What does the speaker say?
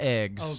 eggs